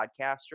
podcaster